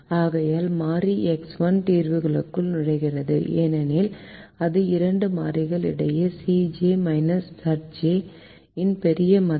ஆகையால் மாறி எக்ஸ் 1 தீர்வுக்குள் நுழைகிறது ஏனெனில் அது இரண்டு மாறிகள் இடையே Cj Zj இன் பெரிய மதிப்பு